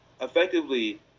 effectively